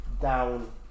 down